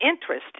interest